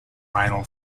vinyl